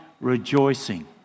rejoicing